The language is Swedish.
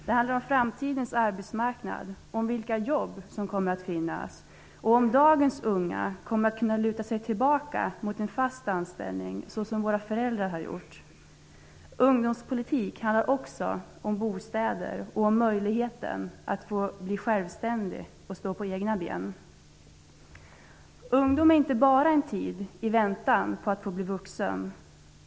Det handlar om framtidens arbetsmarknad, om vilka jobb som kommer att finnas och om dagens unga kommer att kunna luta sig tillbaka mot en fast anställning som våra föräldrar har gjort. Ungdomspolitik handlar också om bostäder och om möjligheten att bli självständig och stå på egna ben. Ungdomen är inte bara en tid i väntan på att bli vuxen.